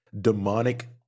demonic